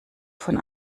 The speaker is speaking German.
von